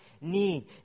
need